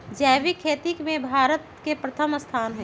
जैविक खेती में भारत के प्रथम स्थान हई